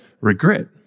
regret